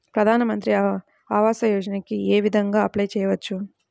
ప్రధాన మంత్రి ఆవాసయోజనకి ఏ విధంగా అప్లే చెయ్యవచ్చు?